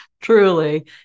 truly